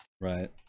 Right